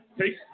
take